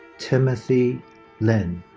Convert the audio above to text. timothy lin.